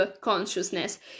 consciousness